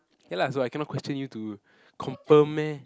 ya lah so I cannot question you to confirm meh